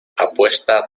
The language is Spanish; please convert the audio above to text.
apuesta